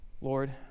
Lord